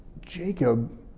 Jacob